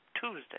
Tuesday